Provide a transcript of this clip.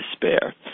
despair